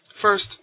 First